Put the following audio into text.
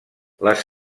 les